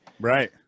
right